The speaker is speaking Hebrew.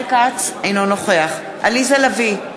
אינו נוכח עליזה לביא,